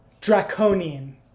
draconian